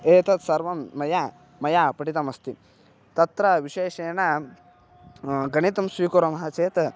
एतत् सर्वं मया मया पठितमस्ति तत्र विशेषेण गणितं स्वीकुर्मः चेत्